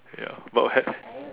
ya but we had